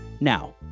Now